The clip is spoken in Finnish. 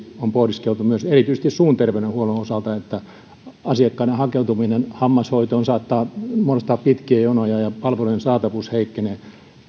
on pohdiskeltu erityisesti suun terveydenhuollon osalta että asiakkaiden hakeutuminen hammashoitoon saattaa muodostaa pitkiä jonoja ja palveluiden saatavuus heikkenee